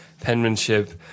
penmanship